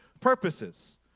purposes